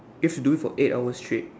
you have to do it for eight hours straight